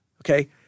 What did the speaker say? Okay